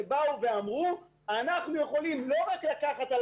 שאמרו: אנחנו יכולים לא רק לקחת על